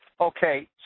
okay